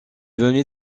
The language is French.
venait